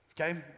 Okay